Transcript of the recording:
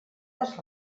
les